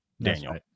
daniel